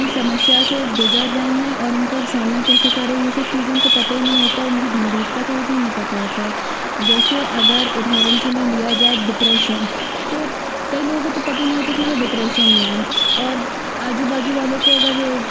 की समस्या से गुज़र रहे हैं और उनका सामना कैसे करें ये सब चीज़ उनको पता ही नहीं होता उनकी गंभीरता का वो भी नहीं पता होता है जैसे अगर उदाहरण के लिए लिया जाए डिप्रेशन तो कई लोगों को तो पता ही नहीं होता कि वो डिप्रेशन में हैं और आजू बाजू वालों को अगर